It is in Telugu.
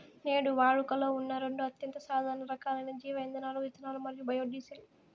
నేడు వాడుకలో ఉన్న రెండు అత్యంత సాధారణ రకాలైన జీవ ఇంధనాలు ఇథనాల్ మరియు బయోడీజిల్